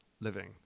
living